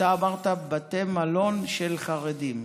אתה אמרת: בתי מלון של חרדים.